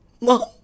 mom